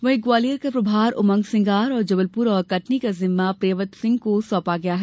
वहीं ग्वालियर का प्रभार उमंग सिंगार और जबलपुर व कटनी का जिम्मा प्रियव्रत सिंह को सौंपा गया है